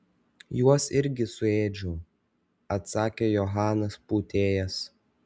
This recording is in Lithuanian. juos irgi suėdžiau atsakė johanas pūtėjas